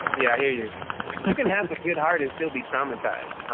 yeah, here you you can have a good heart and still be traumatized.